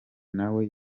nawe